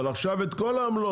אבל עכשיו את כל העמלות,